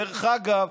דרך אגב,